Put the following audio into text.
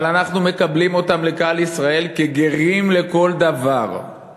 אבל אנחנו מקבלים אותם לקהל ישראל כגרים לכל דבר,